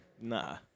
Nah